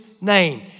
name